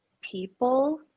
people